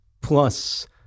plus